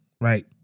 right